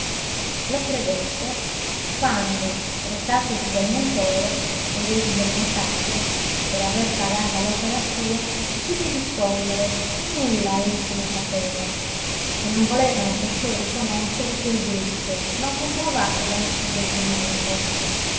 lo credette quando recatosi dai montoro eredi del notajo per aver pagata l'opera sua s'udì rispondere che nulla essi ne sapevano e che non volevano perciò riconoscere quel debito non comprovato da nessun documento